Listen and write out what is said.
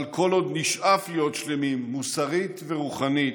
אבל כל עוד נשאף להיות שלמים מוסרית ורוחנית,